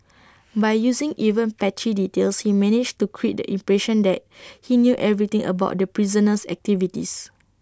by using even patchy details he managed to create the impression that he knew everything about the prisoner's activities